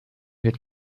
wird